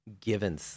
given